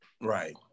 Right